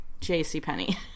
JCPenney